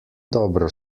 dobro